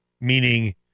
meaning